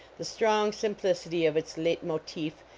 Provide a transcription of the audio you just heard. the strong sim plicity of its leitmotif,